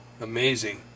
Amazing